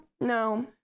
no